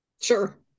Sure